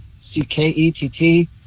C-K-E-T-T